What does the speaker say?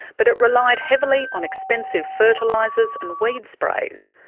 but it relied heavily on expensive fertilisers and weed sprays.